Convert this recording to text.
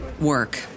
work